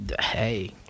Hey